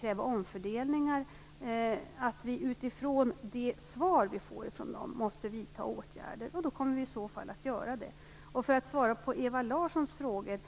kräva omfördelningar och att vi, utifrån de svar vi får av dem, måste vidta åtgärder. I så fall kommer vi att göra det. Sedan vill jag svara på Ewa Larssons frågor.